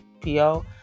PO